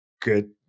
good